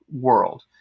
world